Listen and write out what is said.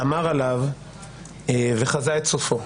אמר עליו וחזה את סופו.